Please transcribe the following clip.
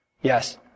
Yes